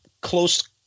close